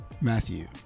Matthew